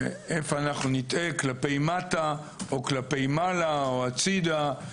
איפה אנו נטעה כלפי מטה או כלפי מעלה או הצידה.